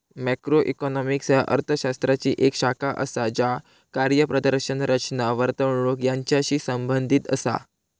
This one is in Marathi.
मॅक्रोइकॉनॉमिक्स ह्या अर्थ शास्त्राची येक शाखा असा ज्या कार्यप्रदर्शन, रचना, वर्तणूक यांचाशी संबंधित असा